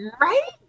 Right